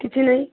କିଛି ନାହିଁ